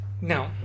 No